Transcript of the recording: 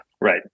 Right